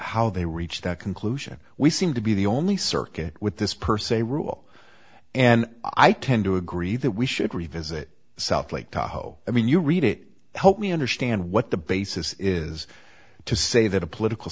how they reached that conclusion we seem to be the only circuit with this per se rule and i tend to agree that we should revisit south lake tahoe i mean you read it help me understand what the basis is to say that a political